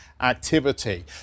activity